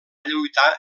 lluitar